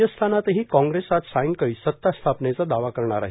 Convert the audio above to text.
राजस्थानातही काँग्रेस आज सायंकाळी सत्ता स्थापनेचा दावा करणार आहे